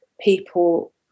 people